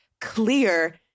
clear